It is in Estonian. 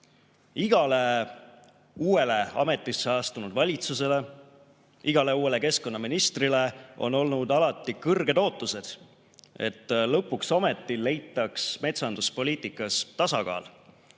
Igale uuele ametisse astunud valitsusele, igale uuele keskkonnaministrile on olnud alati kõrged ootused, et lõpuks ometi leitaks metsanduspoliitikas tasakaal,